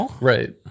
Right